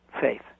faith